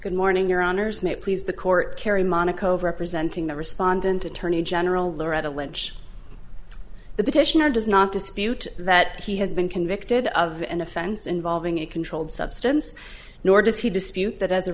good morning your honour's may please the court carrie monaco representing the respondent attorney general loretta lynch the petitioner does not dispute that he has been convicted of an offense involving a controlled substance nor does he dispute that as a